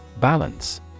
Balance